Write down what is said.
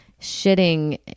shitting